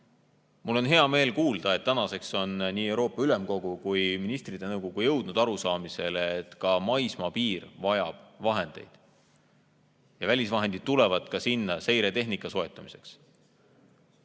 Mul on hea meel kuulda, et tänaseks on nii Euroopa Ülemkogu kui ka Ministrite Nõukogu jõudnud arusaamisele, et ka maismaapiir vajab vahendeid, ja välisvahendid tulevad ka sinna seiretehnika soetamiseks.